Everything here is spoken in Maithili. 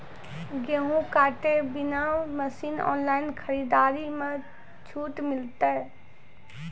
गेहूँ काटे बना मसीन ऑनलाइन खरीदारी मे छूट मिलता?